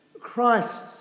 Christ